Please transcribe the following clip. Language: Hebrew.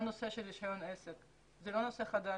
גם נושא של רישיון עסק הוא לא נושא חדש,